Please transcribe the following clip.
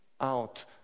out